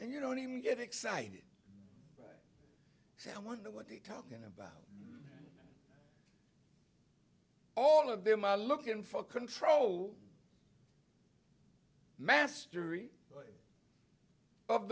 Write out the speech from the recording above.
and you don't even get excited so i wonder what he talking about all of them are looking for control mastery of